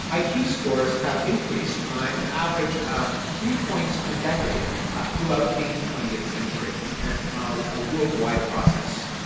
like yeah iq-scores have increased by an average of three points per decade throughout the twentieth century, and ah a worldwide process.